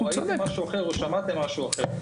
או ראיתם ושמעתם משהו אחר.